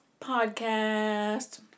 Podcast